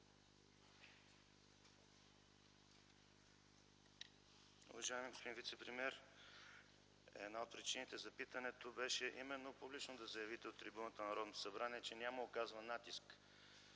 Уважаеми господин вицепремиер, причината за питането беше именно публично да заявите от трибуната на Народното събрание, че няма оказан натиск